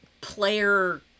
player